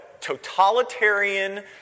totalitarian